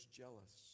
jealous